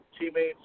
teammates